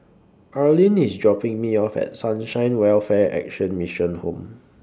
Arlyn IS dropping Me off At Sunshine Welfare Action Mission Home